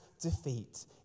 defeat